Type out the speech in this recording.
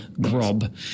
Grob